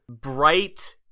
bright